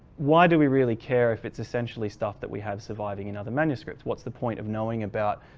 why do we really care if it's essentially stuff that we have surviving in other manuscripts, what's the point of knowing about,